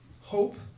hope